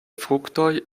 fruktoj